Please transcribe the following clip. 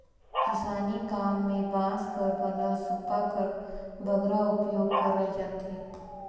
किसानी काम मे बांस कर बनल सूपा कर बगरा उपियोग करल जाथे